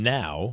now